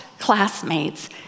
classmates